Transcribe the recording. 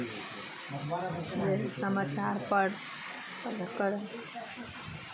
यही समाचार पढ़ आओर ओकर